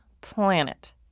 planet